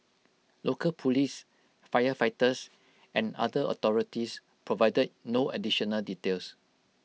local Police firefighters and other authorities provided no additional details